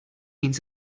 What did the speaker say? means